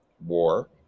war